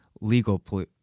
legal